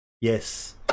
Yes